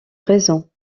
raison